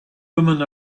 women